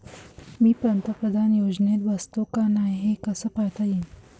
मी पंतप्रधान योजनेत बसतो का नाय, हे कस पायता येईन?